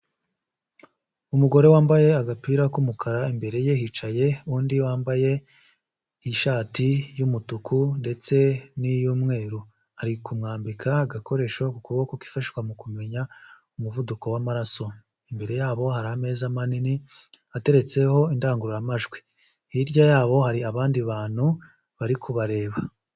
Umugore wambaye agapira k'umukara imbere ye hicaye undi wambaye ishati y'umutuku ndetse n'iy'umweru ari kumwambika agakoresho ku kuboko kifashishwa mu kumenya umuvuduko w'amaraso, imbere yabo hari ameza manini ateretseho indangururamajwi hirya yabo hari abandi bantu bari kubareba.